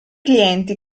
clienti